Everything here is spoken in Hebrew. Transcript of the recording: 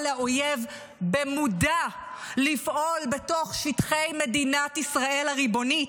לאויב במודע לפעול בתוך שטחי מדינת ישראל הריבונית.